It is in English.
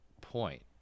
point